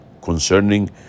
concerning